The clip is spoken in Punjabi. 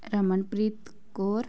ਰਮਨਪ੍ਰੀਤ ਕੌਰ